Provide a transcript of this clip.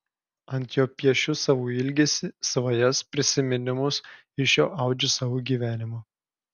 ant jo piešiu savo ilgesį svajas prisiminimus iš jo audžiu savo gyvenimą